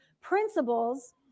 principles